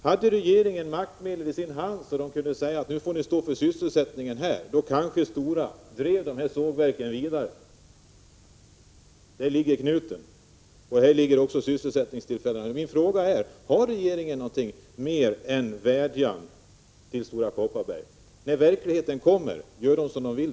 Hade regeringen maktmedel i sin hand och kunde säga till företagen att nu får ni stå för sysselsättningen här, då kanske Stora drev dessa sågverk vidare. Där ligger knuten. Min fråga är: Kan regeringen mer än vädja till Stora Kopparberg? I verkligheten gör de som de vill.